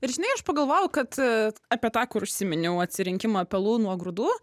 ir žinai aš pagalvojau kad apie tą kur užsiminiau atsirinkimą pelų nuo grūdų